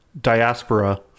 diaspora